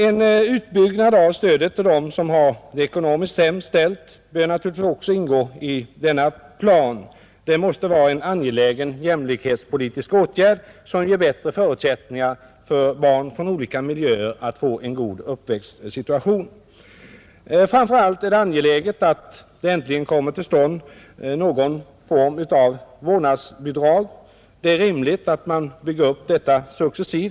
En utbyggnad av stödet till dem som har det ekonomiskt sämst ställt bör naturligtvis också ingå i denna plan. Det måste vara en angelägen jämlikhetspolitisk åtgärd som ger bättre förutsättningar för barn från olika miljöer att få en god uppväxtsituation. Framför allt är det angeläget att det äntligen kommer till stånd någon form av vårdnadsbidrag. Det är rimligt att man bygger upp detta successivt.